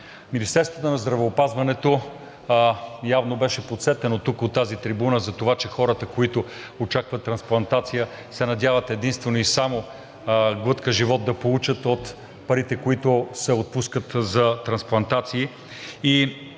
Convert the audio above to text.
Министерството на здравеопазването явно беше подсетено тук, от тази трибуна, за това, че хората, които очакват трансплантация, се надяват единствено и само глътка живот да получат от парите, които се отпускат за трансплантации.